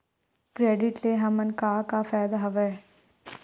Credit ले हमन का का फ़ायदा हवय?